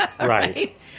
Right